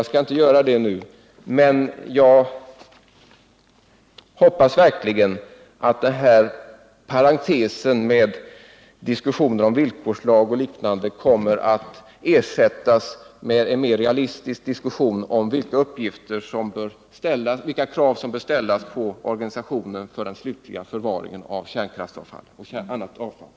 Jag skall inte göra det nu, men jag hoppas verkligen att ”parentesen” med om villkorslag och liknande kommer att ersättas med en mer realistisk diskussion om vilka krav som bör ställas på organisationen för den slutliga förvaringen av kärnkraftsavfall och annat avfall.